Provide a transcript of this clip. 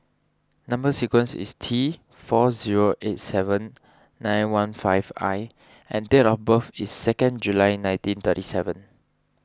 Number Sequence is T four zero eight seven nine one five I and date of birth is second July nineteen thirty seven